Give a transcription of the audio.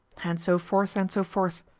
and so forth, and so forth.